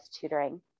Tutoring